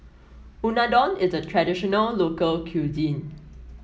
Unadon is a traditional local cuisine